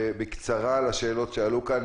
ותשיב בקצרה על השאלות שעלו כאן.